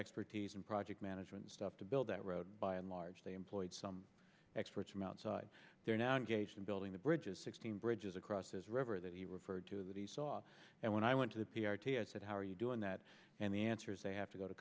expertise and project management stuff to build that road by and large they employed some experts from outside they're now engaged in building the bridges sixteen bridges across his river that he referred to that he saw and when i went to the p r t i said how are you doing that and the answer is they have to go to